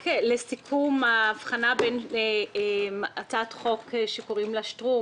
לסיכום, ההבחנה בין הצעת החוק שקוראים לה שטרום